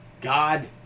God